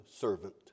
servant